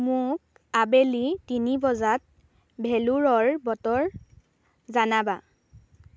মোক আবেলি তিনি বজাত ভেলুৰৰ বতৰ জনাবা